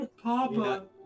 Papa